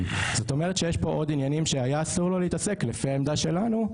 זאת אומרת שיש פה עוד עניינים שהיה אסור לו להתעסק לפי העמדה שלנו,